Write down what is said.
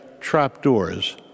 trapdoors